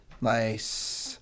Nice